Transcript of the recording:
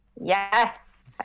yes